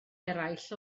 eraill